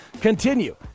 continue